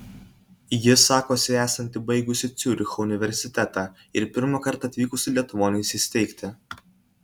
ji sakosi esanti baigusi ciuricho universitetą ir pirmąkart atvykusi lietuvon įsisteigti